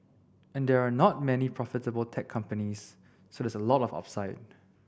and there are not many profitable tech companies so there's a lot of upside